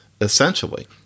essentially